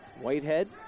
Whitehead